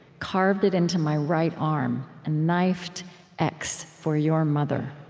carved it into my right arm, a knifed x for your mother